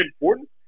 important